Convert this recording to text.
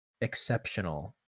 Exceptional